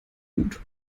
gut